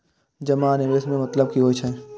जमा आ निवेश में मतलब कि होई छै?